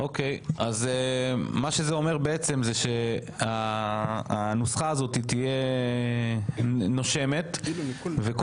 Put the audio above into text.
זה אומר שהנוסחה הזאת תהיה נושמת כך שכל